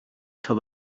till